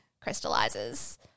Crystallizes